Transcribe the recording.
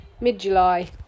mid-July